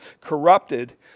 corrupted